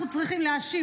אנחנו צריכים להאשים,